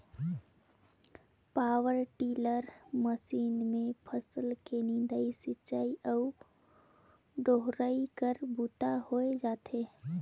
power tiller machine मे फसल के निंदई, सिंचई अउ डोहरी कर बूता होए जाथे